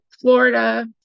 florida